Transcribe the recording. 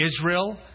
Israel